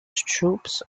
troops